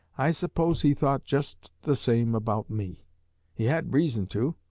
i suppose he thought just the same about me he had reason to,